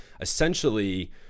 essentially